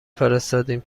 فرستادیم